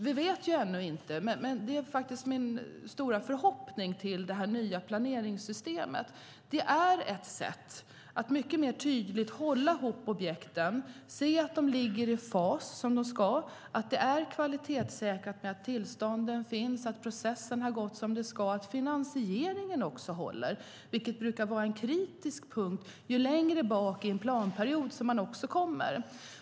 Vi vet ännu inte, men det är min stora förhoppning att det nya planeringssystemet är ett sätt att mycket tydligare hålla ihop objekten och se till att de ligger i fas som de ska, att det är kvalitetssäkrat, att tillstånden finns, att processen har gått som den ska och att finansieringen också håller, vilket brukar vara en kritisk punkt ju längre bak i en planperiod man kommer.